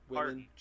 Women